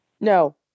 No